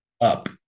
Up